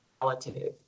relative